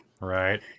Right